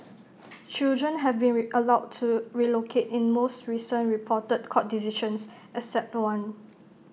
children have been allowed to relocate in most recent reported court decisions except one